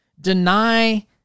deny